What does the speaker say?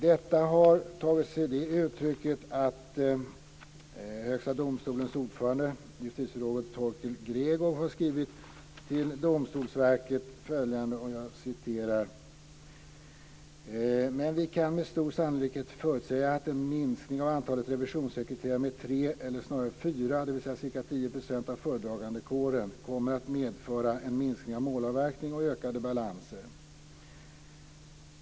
Detta har tagit sig det uttrycket att Högsta domstolens ordförande, justitierådet Torkel Gregow, har skrivit till Domstolsverket följande: "Men vi kan med stor sannolikhet förutsäga att en minskning av antalet revisionssekreterare med tre eller snarare fyra, dvs. cirka 10 procent av föredragandekåren, kommer att medföra en minskad målavverkning och ökade balanser.